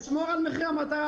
לשמור על מחיר המטרה.